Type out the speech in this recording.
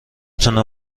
تونه